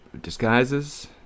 disguises